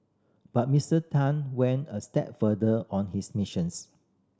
but Mister Tan went a step further on his missions